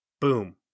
Boom